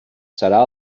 serà